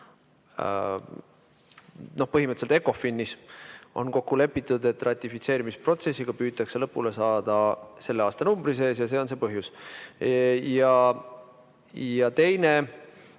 põhimõtteliselt ECOFIN-is on kokku lepitud, et ratifitseerimisprotsessiga püütakse lõpule saada selle aastanumbri sees ja see on see põhjus. Teine